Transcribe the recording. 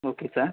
okay sir